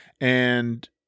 And-